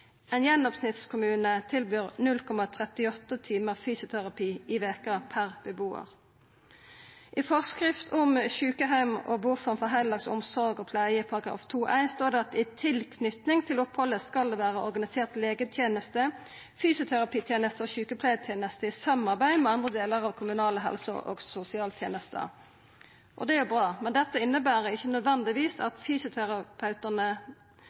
gjennomsnittskommune tilbyr 0,38 timar fysioterapi i veka per bebuar. I «Forskrift for sykehjem og boform for heldøgns omsorg og pleie» § 2-1 står det: «I tilknytning til oppholdet skal det være organisert legetjeneste, fysioterapitjeneste og sykepleiertjeneste i samarbeid med andre deler av den kommunale helse- og sosialtjeneste.» Det er bra, men dette inneber ikkje nødvendigvis